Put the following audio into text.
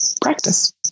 practice